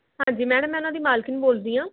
ਹਾਂਜੀ ਮੈਡਮ ਮੈਂ ਉਹਨਾਂ ਦੀ ਮਾਲਕਿਨ ਬੋਲਦੀ ਹਾਂ